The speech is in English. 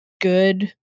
good